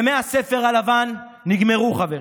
ימי הספר הלבן נגמרו, חברים.